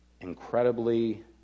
incredibly